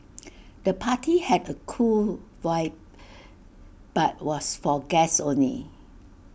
the party had A cool vibe but was for guests only